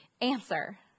answer